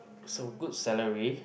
so good salary